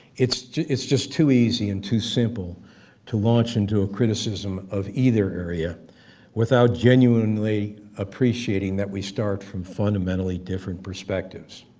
it's it's just too easy and too simple to launch into a criticism of either area without genuinely appreciating that we start from fundamentally different perspectives.